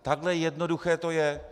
Takhle jednoduché to je.